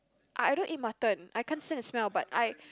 I I don't eat mutton I can't stand the smell but I